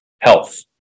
health